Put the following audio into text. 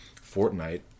Fortnite